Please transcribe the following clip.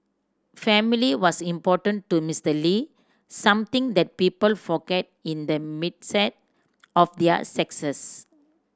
family was important to Mister Lee something that people forget in the of their success